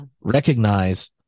recognize